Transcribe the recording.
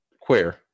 Queer